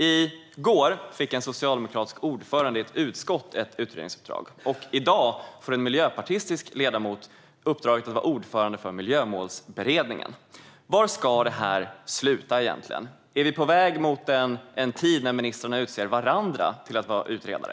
I går fick en socialdemokratisk ordförande i ett utskott ett utredningsuppdrag, och i dag får en miljöpartistisk ledamot uppdraget att vara ordförande för Miljömålsberedningen. Var ska detta egentligen sluta? Är vi på väg mot en tid där ministrarna utser varandra till att vara utredare?